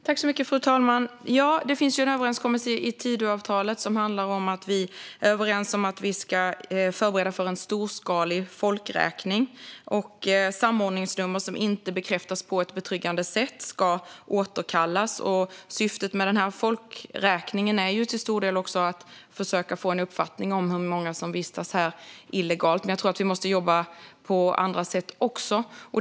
Fru talman! Ja, det finns en överenskommelse i Tidöavtalet som handlar om att förbereda för en storskalig folkräkning. Samordningsnummer som inte bekräftas på ett betryggande sätt ska återkallas. Syftet med folkräkningen är till stor del att försöka få en uppfattning om hur många som vistas här illegalt, men jag tror att vi måste jobba på andra sätt också.